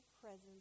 presence